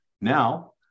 Now